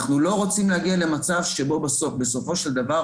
אנחנו לא רוצים להגיע למצב שבו בסופו של דבר